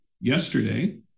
yesterday